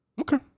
Okay